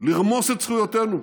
לרמוס את זכויותינו.